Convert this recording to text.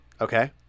Okay